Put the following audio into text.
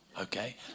okay